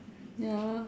ya